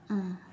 mm